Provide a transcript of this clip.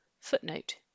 Footnote